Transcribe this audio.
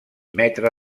metre